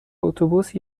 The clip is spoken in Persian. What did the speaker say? اتوبوس